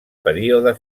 període